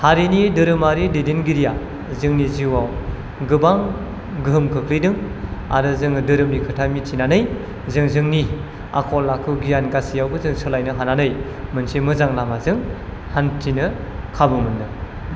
हारिनि धोरोमारि दैदेनगिरिया जोंनि जिउआव गोबां गोहोम खोख्लैदों आरो जोङो धोरोमनि खोथा मिथिनानै जों जोंनि आखल आखु गियान गासैयावबो जों सोलायनो हानानै मोनसे मोजां लामाजों हान्थिनो खाबु मोनदों